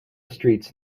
streets